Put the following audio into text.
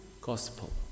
Gospel